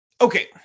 Okay